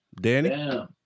Danny